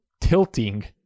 tilting